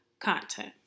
content